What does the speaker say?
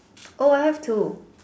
oh I have two